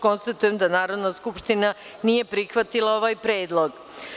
Konstatujem da Narodna skupština nije prihvatila ovaj predlog.